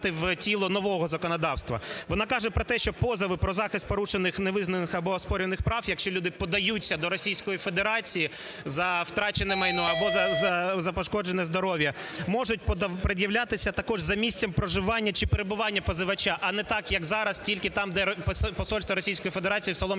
Вона каже про те, що позови про захист порушених, незнаних або оскаржених прав, якщо люди подаються до Російської Федерації за втрачене майно або за пошкоджене здоров'я, можуть пред'являтися також за місцем проживання чи перебування позивача, а не так, як зараз тільки там, де посольство Російської Федерації, в Солом'янський